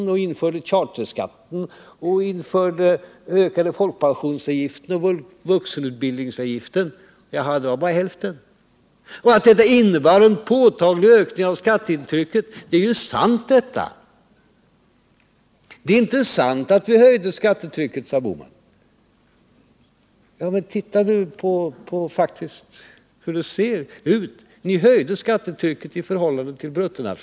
Är det vidare inte sant att ni ökade folkpensionsavgiften och vuxenutbildningsavgiften? Uppräkningen skulle kunna göras dubbelt så lång. Att detta innebär en påtaglig ökning av skattetrycket är sant. Det är inte sant att vi höjde skattetrycket, sade Gösta Bohman. Men titta på hur det faktiskt ser ut! Ni höjde skattetrycket i förhållande till BNP.